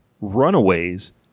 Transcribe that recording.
Runaways